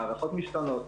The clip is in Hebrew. ההערכות משתנות.